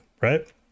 right